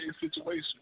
situation